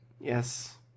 yes